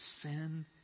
sin